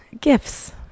gifts